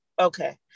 okay